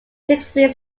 shakespeare